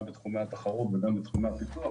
גם בתחומי התחרות וגם בתחומי הפיתוח